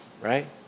right